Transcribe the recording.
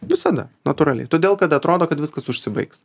visada natūraliai todėl kad atrodo kad viskas užsibaigs